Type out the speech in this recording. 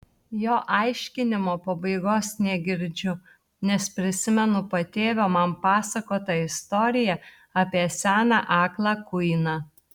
jo aiškinimo pabaigos negirdžiu nes prisimenu patėvio man pasakotą istoriją apie seną aklą kuiną